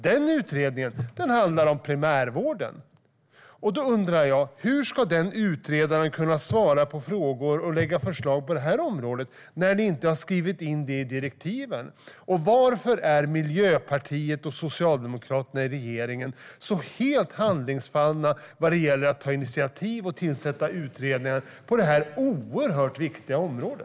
Den handlar om primärvården. Därför undrar jag hur den utredaren ska kunna svara på frågor och lägga fram förslag på det här området när ni inte har skrivit in det i direktiven. Varför är Miljöpartiet och Socialdemokraterna i regeringen så helt handfallna vad gäller att ta initiativ och tillsätta utredningar på detta oerhört viktiga område?